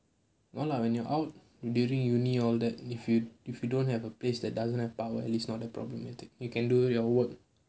no lah when you're out during university all that if you if you don't have a place that doesn't have power at least not that problematic you can do your work